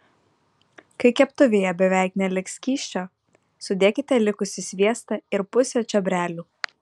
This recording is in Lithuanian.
kai keptuvėje beveik neliks skysčio sudėkite likusį sviestą ir pusę čiobrelių